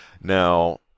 Now